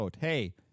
Hey